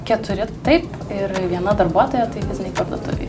keturi taip ir viena darbuotoja tai fizinėj parduotuvėj